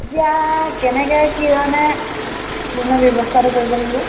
এতিয়া কেনেকৈ কি মানে লোণৰ ব্যৱস্থাটো কৰিব লাগিব